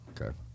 Okay